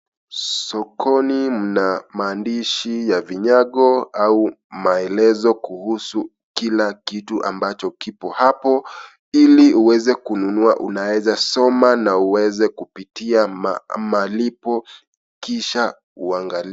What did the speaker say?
Sokoni kuna mandishi ya vinyago au maelezo kuhusu kila kitu ambacho kipo hapo, ili uweze kununua ,unaeza soma na uweze kupitia maalipo kisha uangalie.